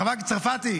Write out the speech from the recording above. חברת הכנסת צרפתי,